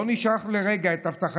לא נשכח לרגע את הבטחתך,